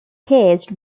caged